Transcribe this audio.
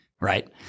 Right